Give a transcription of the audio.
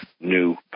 new